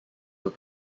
were